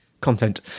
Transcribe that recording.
content